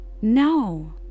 No